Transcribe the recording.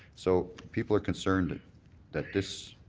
so people are concerned that this